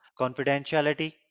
confidentiality